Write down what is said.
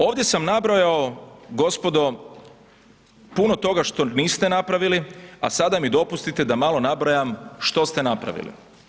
Ovdje sam nabrojao, gospodo, puno toga što niste napravili, a sada mi dopustite da malo nabrajam što se napravili.